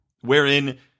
wherein